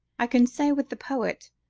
i can say with the poet,